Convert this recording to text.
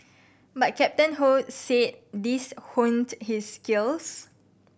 but Captain Ho said these honed his skills